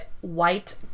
white